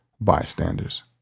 bystanders